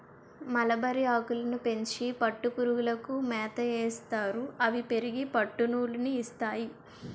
మలబరిఆకులని పెంచి పట్టుపురుగులకి మేతయేస్తారు అవి పెరిగి పట్టునూలు ని ఇస్తాయి